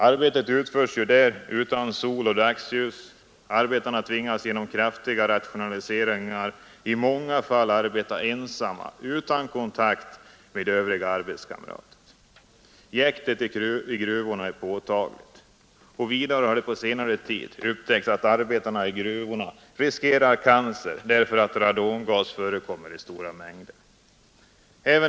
Arbetet utförs där utan sol och dagsljus. Arbetarna tvingas genom kraftiga rationaliseringar i många fall arbeta ensamma utan kontakt med övriga arbetskamrater. Jäktet i gruvorna är påtagligt, och vidare har det på senare tid upptäckts att arbetarna i gruvor riskerar cancer därför att radongas förekommer i stora mängder.